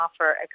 offer